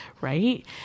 Right